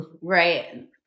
Right